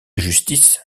justice